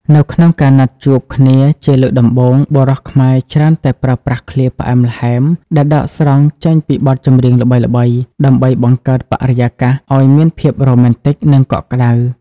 នៅក្នុងការណាត់ជួបគ្នាជាលើកដំបូង បុរសខ្មែរច្រើនតែប្រើប្រាស់ឃ្លាផ្អែមល្ហែមដែលដកស្រង់ចេញពីបទចម្រៀងល្បីៗ ដើម្បីបង្កើតបរិយាកាសឱ្យមានភាពរ៉ូមែនទិក និងកក់ក្តៅ។